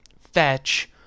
fetch